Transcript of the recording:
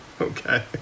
Okay